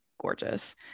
gorgeous